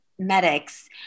medics